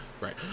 Right